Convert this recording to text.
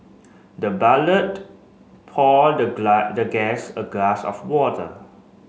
the poured the the guest a glass of water